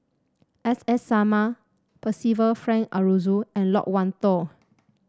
S S Sarma Percival Frank Aroozoo and Loke Wan Tho